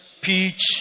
peach